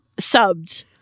subbed